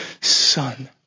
son